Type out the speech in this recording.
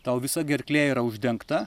tau visa gerklė yra uždengta